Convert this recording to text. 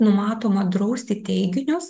numatoma drausti teiginius